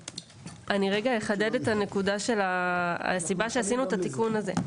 אני אחדד את הסיבה שבגללה עשינו את התיקון הזה.